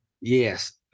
Yes